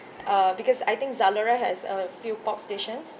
uh because I think zalora has a few pop stations